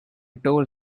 told